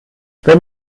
wenn